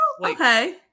Okay